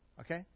Okay